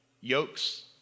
Yokes